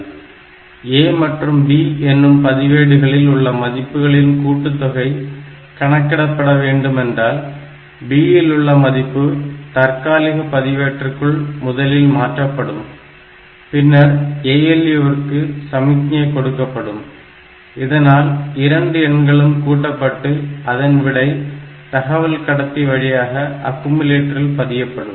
A மற்றும் B என்னும் பதிவேடுகளில் உள்ள மதிப்புகளின் கூட்டுத்தொகை கணக்கிடப்பட வேண்டுமென்றால் B இல் உள்ள மதிப்பு தற்காலிக பதிவேடுவேட்டிற்குள் முதலில் மாற்றப்படும் பின்னர் ALU ற்கு சமிக்ஞை கொடுக்கப்படும் இதனால் இரண்டு எண்களும் கூட்டப்பட்டு அதன் விடை தகவல் கடத்தி வழியாக அக்குமுலேட்டரில் பதியப்படும்